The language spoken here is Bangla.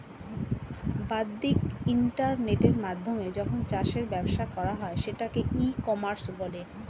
বাদ্দিক ইন্টারনেটের মাধ্যমে যখন চাষের ব্যবসা করা হয় সেটাকে ই কমার্স বলে